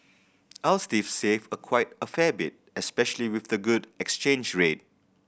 I'll save a quite a fair bit especially with the good exchange rate